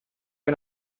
que